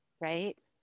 Right